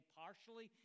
partially